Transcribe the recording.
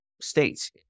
states